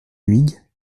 huyghe